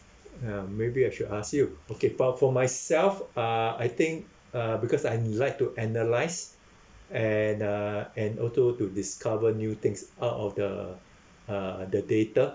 uh maybe I should ask you okay but for myself uh I think uh because I like to analyse and uh and also to discover new things out of the uh the data